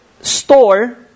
store